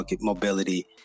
mobility